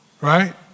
Right